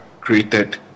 created